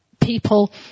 people